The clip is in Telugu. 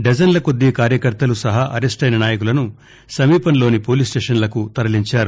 డజన్ల కొద్దీ కార్యకర్తలు సహా అరెస్టెయిన నాకులను సమీపంలోని పోలీస్ స్టేషన్కు తరలించారు